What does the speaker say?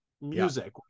music